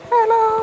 Hello